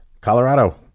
Colorado